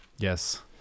Yes